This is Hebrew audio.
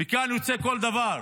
מכאן יוצא כל דבר.